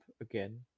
again